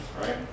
right